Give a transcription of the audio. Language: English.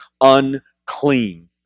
unclean